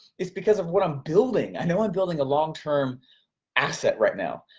it's because of what i'm building. i know i'm building a long-term asset right now,